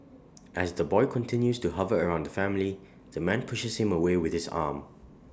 as the boy continues to hover around the family the man pushes him away with his arm